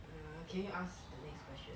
err can you ask the next question